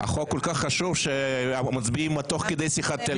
החוק כל כך חשוב, שמצביעים תוך כדי שיחת טלפון.